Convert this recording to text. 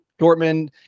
Dortmund